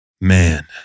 man